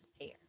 pair